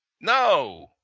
No